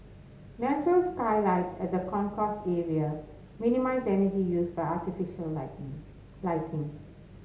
natural skylights at the concourse area minimise energy used by artificial lighting